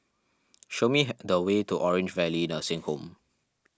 show me the way to Orange Valley Nursing Home